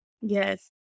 Yes